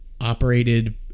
operated